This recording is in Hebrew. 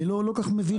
אני לא כל כך מבין.